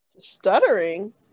Stuttering